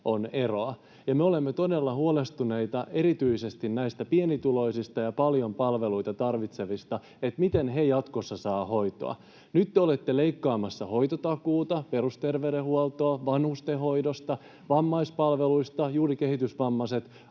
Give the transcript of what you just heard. eroa. Me olemme todella huolestuneita erityisesti näistä pienituloisista ja paljon palveluita tarvitsevista — miten he jatkossa saavat hoitoa? Nyt te olette leikkaamassa hoitotakuuta, perusterveydenhuoltoa, vanhustenhoidosta, vammaispalveluista. Juuri kehitysvammaiset